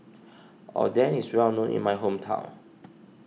Oden is well known in my hometown